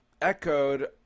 echoed